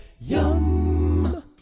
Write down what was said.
Yum